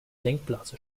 denkblase